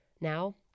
Now